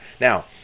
Now